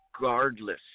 regardless